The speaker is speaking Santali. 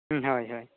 ᱦᱳᱭ ᱦᱳᱭ